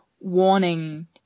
warning